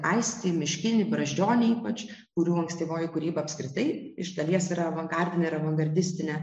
aistį miškinį brazdžionį ypač kurių ankstyvoji kūryba apskritai iš dalies yra avangardinė ir avangardistinė